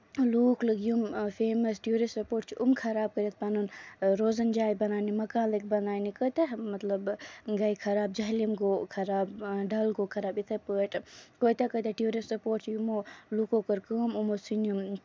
لوٗکھ لٔگۍ یِم فیمس ٹوٗرِسٹ سپوٹ چھِ یِم خراب کٔرِتھ پَنُن روزن جاے بَناونہِ مکان لٔگۍ بَناونہِ کۭتیاہ مطلب گے خراب مطلب جہلِم گوٚو خراب ڈل گوٚو خراب یِتھٕے پۭٲٹھۍ کۭتیاہ کۭتیاہ ٹوٗرِسٹ سَپوٹ چھِ یِمو لوٗکو کٔر کٲم یِمو ژھٕنۍ یِم